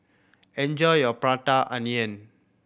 enjoy your Prata Onion